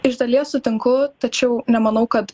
iš dalies sutinku tačiau nemanau kad